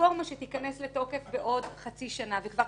לרפורמה שתיכנס לתוקף בעוד חצי שנה, וכבר